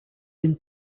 been